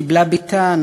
קיבלה בתה,